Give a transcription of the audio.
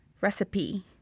recipe